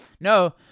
No